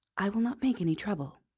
i will not make any trouble.